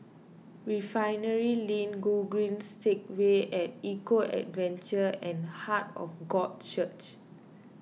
Refinery Lane Gogreen Segway at Eco Adventure and Heart of God Church